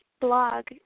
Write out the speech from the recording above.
blog